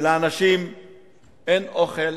שלאנשים אין אוכל.